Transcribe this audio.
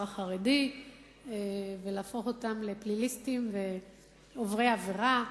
החרדי ולהפוך אותם לפליליסטים ועוברי עבירה.